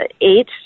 Eight